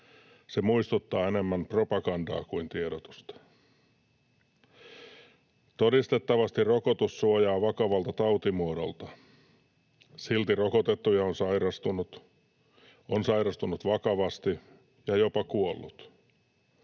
se muistuttaa enemmän propagandaa kuin tiedotusta. Todistettavasti rokotus suojaa vakavalta tautimuodolta. Silti rokotettuja on sairastunut, on sairastunut vakavasti ja jopa kuollut.